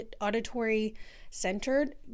auditory-centered